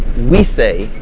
we say,